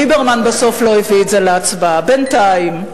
ליברמן בסוף לא הביא את זה להצבעה, בינתיים.